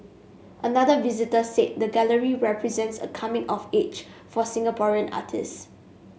another visitor said the gallery represents a coming of age for Singaporean artists